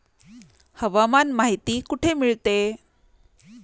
हवामान माहिती कुठे मिळते?